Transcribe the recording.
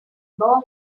born